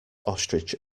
ostrich